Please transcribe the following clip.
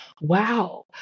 Wow